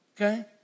Okay